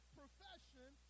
profession